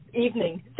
evening